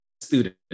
student